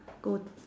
gu~